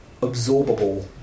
absorbable